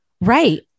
right